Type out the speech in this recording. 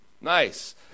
Nice